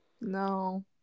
No